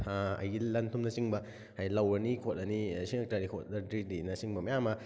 ꯑꯩꯒꯤ ꯂꯟ ꯊꯨꯝꯅ ꯆꯤꯡꯕ ꯍꯥꯏꯗꯤ ꯂꯧꯔꯅꯤ ꯈꯣꯠꯂꯅꯤ ꯁꯤꯡꯂꯛꯇ꯭ꯔꯗꯤ ꯈꯣꯠꯂꯛꯇ꯭ꯔꯗꯤꯅ ꯆꯤꯡꯕ ꯑꯌꯥꯝ ꯑꯃ